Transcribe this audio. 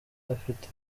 afite